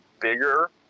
bigger